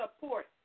support